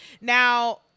Now